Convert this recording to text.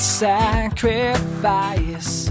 sacrifice